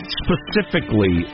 specifically